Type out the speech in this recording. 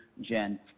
Jen